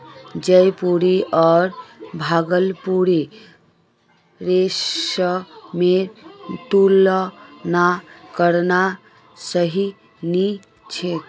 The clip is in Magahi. जयपुरी आर भागलपुरी रेशमेर तुलना करना सही नी छोक